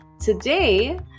Today